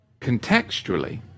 contextually